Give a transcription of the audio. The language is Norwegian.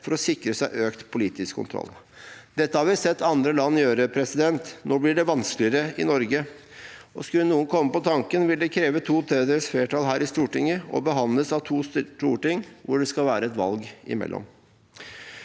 for å sikre seg økt politisk kontroll. Dette har vi sett andre land gjøre, nå blir det vanskeligere i Norge. Skulle noen komme på tanken, vil det kreve to tredjedels flertall her i Stortinget og måtte behandles av to storting, hvor det skal være et valg imellom.